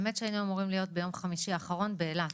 היינו אמורים להיות ביום חמישי האחרון באילת,